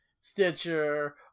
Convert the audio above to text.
Stitcher